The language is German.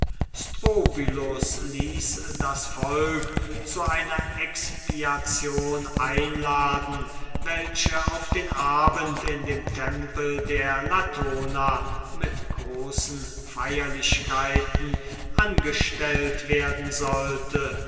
ließ das volk zu einer expiation einladen welche auf den abend in dem tempel der latona mit großen feierlichkeiten angestellt werden sollte